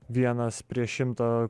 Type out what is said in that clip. vienas prieš šimtą